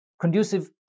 Conducive